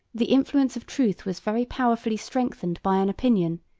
the influence of truth was very powerfully strengthened by an opinion,